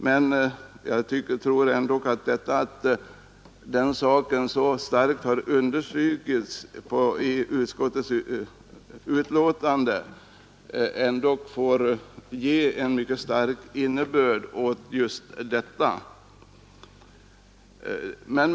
Men att den saken har understrukits så starkt i utskottets betänkande tycker jag ger det argumentet avsevärd tyngd.